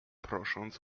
prosząc